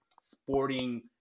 sporting